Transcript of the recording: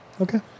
Okay